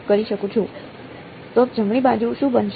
તો જમણી બાજુ શું બનશે